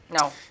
No